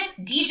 DJ